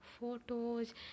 photos